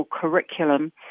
curriculum